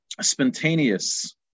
spontaneous